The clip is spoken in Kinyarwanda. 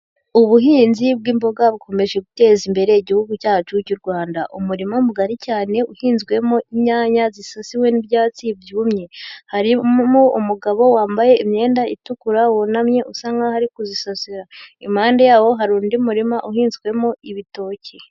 Ubuhinzi bw'imboga bukomeje guteza imbere igihugu cyacu cy'u Rwanda, umurima mugari cyane uhinzwemo inyanya zisasiwe n'ibyatsi byumye, harimo umugabo wambaye imyenda itukura wunamye usa nkaho ari kuzisasira, impande yaho hari undi murima uhinzwemo ibitoki.